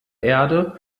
erde